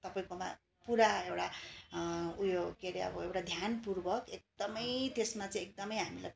तपाईँकोमा पुरा एउटा उयो के हरे अब एउटा ध्यानपूर्वक एकदमै त्यसमा चाहिँ एकदमै हामीले